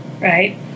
right